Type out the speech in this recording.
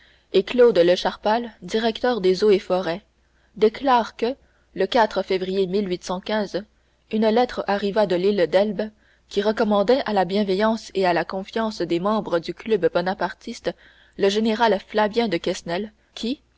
et claude lecharpal directeur des eaux et forêts déclarent que le février une lettre arriva de l'île d'elbe qui recommandait à la bienveillance et à la confiance des membres du club bonapartiste le général flavien de quesnel qui